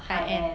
high end